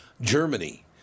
Germany